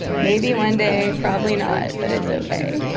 maybe one day. probably not but it's okay.